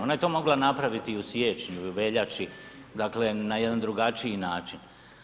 Ona je to mogla napraviti i u siječnju i u veljači, dakle na jedan drugačiji način.